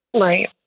Right